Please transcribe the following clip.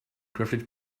crafted